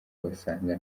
basanga